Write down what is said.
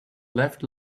left